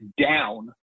down